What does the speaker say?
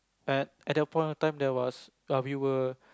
at at that point of time there was err we were